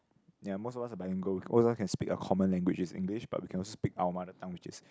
ya most of us are bilingual all of us can a common language which is English but we can also speak our mother tongue which is